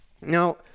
Now